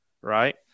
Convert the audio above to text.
right